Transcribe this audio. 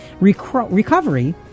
Recovery